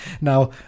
Now